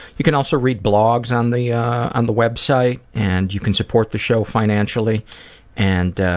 you can also read blogs on the yeah and the website and you can support the show financially and